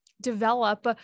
develop